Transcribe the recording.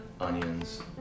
onions